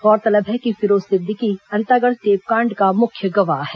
गौरतलब है कि फिरोज सिद्दीकी अंतागढ़ टेपकांड का मुख्य गवाह है